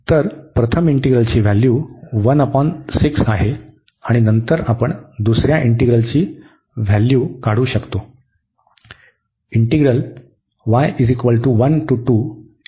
तर प्रथम इंटिग्रलची व्हॅल्यू आहे आणि नंतर आपण दुसर्या इंटिग्रलची व्हॅल्यू काढू शकतो